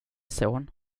son